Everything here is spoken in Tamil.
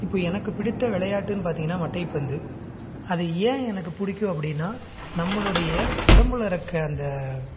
இப்போ எனக்கு பிடித்த விளையாட்டுன்னு பார்த்திங்கனா மட்டைப்பந்து அது ஏன் எனக்கு பிடிக்கும் அப்படின்னா நம்மளுடைய உடம்பில் இருக்க அந்த